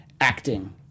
acting